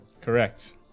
Correct